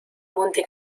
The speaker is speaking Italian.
monte